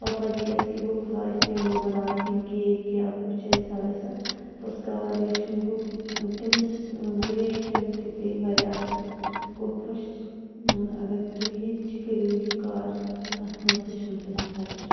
پاپاجِیَس کہِ بہٕ کھُلاو یِتھ کنۍ بہٕ بَناو یِتھ کنۍ کیک یا کُچھ ایسا ویسا تو اُسکا رِایٚکشَن بہت تٔمِس رِایٚکشَن تہِ گٔے واریاہ اَصل گوٚو خۄش دوٚپُن اَگَر تُہۍ یہِ کٔرِو یہِ کار اَتھ مَنٛز تہِ چھُ نہٕ کٕہٕنۍ حَرجہِ